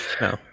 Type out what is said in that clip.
No